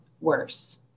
worse